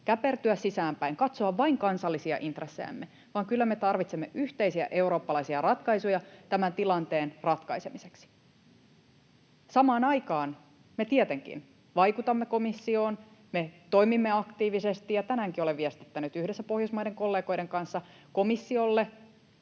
käpertyä sisäänpäin ja katsoa vain kansallisia intressejämme, vaan kyllä me tarvitsemme yhteisiä eurooppalaisia ratkaisuja tämän tilanteen ratkaisemiseksi. [Sanni Grahn-Laasonen: Me katsomme myös kansallisia intressejä!] Samaan aikaan me tietenkin vaikutamme komissioon ja toimimme aktiivisesti, ja tänäänkin olen viestittänyt yhdessä Pohjoismaiden kollegoiden kanssa komissiolle